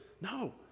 No